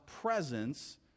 presence